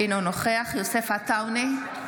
אינו נוכח יוסף עטאונה,